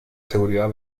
seguridad